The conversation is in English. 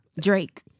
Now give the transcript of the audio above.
Drake